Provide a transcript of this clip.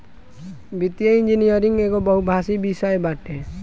वित्तीय इंजनियरिंग एगो बहुभाषी विषय बाटे